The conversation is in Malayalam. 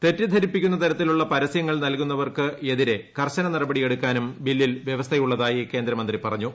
തെറ്റിദ്ധരിപ്പിക്കുന്ന തരത്തിലുള്ള പരസ്യങ്ങൾ നൽകുന്നവർക്ക് എതിരെ കർശന നടപടി എടുക്കാനും ബില്ലിൽ വൃവസ്ഥ ഉള്ളതായി കേന്ദ്രമന്ത്രി പറഞ്ഞു